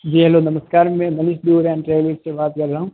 जी hello नमस्कार मैं Manish tour and travels से बात कर रहा हूँ